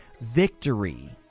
victory